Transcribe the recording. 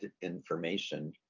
information